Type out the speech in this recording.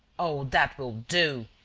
oh, that will do,